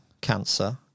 cancer